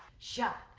shot.